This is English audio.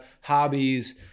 hobbies